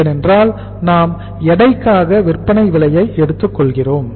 ஏனென்றால் நாம் எடைக்காக விற்பனை விலையை எடுத்துக் கொள்கிறோம்